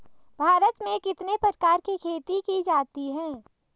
भारत में कितने प्रकार की खेती की जाती हैं?